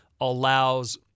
allows –